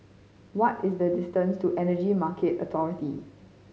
what is the distance to Energy Market Authority